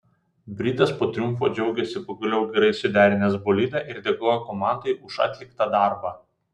britas po triumfo džiaugėsi pagaliau gerai suderinęs bolidą ir dėkojo komandai už atliktą darbą